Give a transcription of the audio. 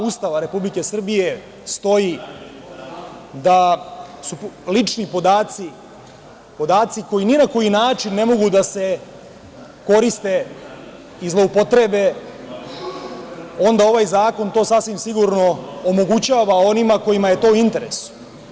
Ustava Republike Srbije stoji da su lični podaci podaci koji ni na koji način ne mogu da se koriste i zloupotrebe, onda ovaj zakon to sasvim sigurno omogućava onima kojima je to u interesu.